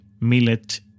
millet